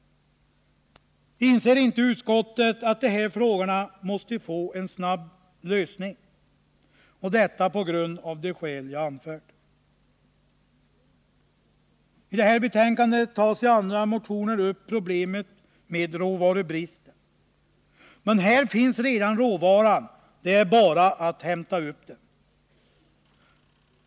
Inser inte utskottet att de här frågorna måste få en snabb lösning, detta av de skäl jag har anfört? I det här betänkandet tas i andra motioner upp problemet med råvarubristen, men i det här fallet finns redan råvaran, det är bara att hämta upp den.